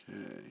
Okay